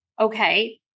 okay